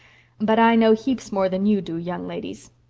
but i know heaps more than you do, young ladies.